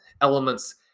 elements